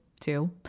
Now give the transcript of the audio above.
two